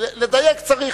לדייק צריך.